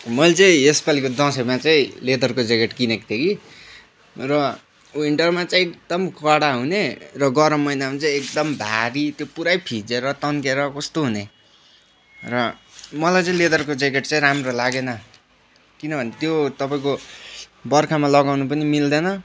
मैले चाहिँ यसपालिको दसैँमा चाहिँ लेदरको ज्याकेट किनेको थिएँ कि र विन्टरमा चाहिँ एकदम कडा हुने र गरम महिनामा चाहिँ एकदम भारी त्यो पुरै फिजिएर तन्केर कस्तो हुने र मलाई चाहिँ लेदरको ज्याकेट चाहिँ राम्रो लागेन किनभने त्यो तपाईँको बर्खामा लगाउनु पनि मिल्दैन